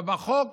אבל בחוק